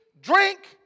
drink